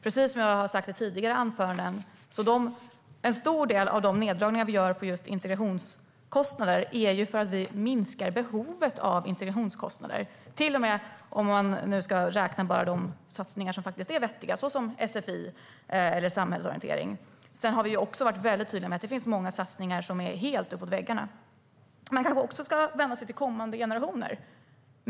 Precis som jag har sagt i tidigare anföranden gör vi en stor del av våra neddragningar på integrationskostnader därför att vi minskar behovet av integrationskostnader, till och med om man räknar bara de satsningar som faktiskt är vettiga, såsom sfi eller samhällsorientering. Sedan har vi också varit väldigt tydliga med att det finns många satsningar som är helt uppåt väggarna. Man kanske också ska vända sig till kommande generationer.